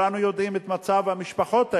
וכולנו יודעים את מצב המשפחות האלה,